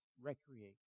Recreate